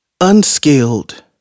Unskilled